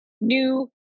new